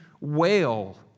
wail